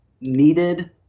needed